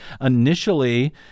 Initially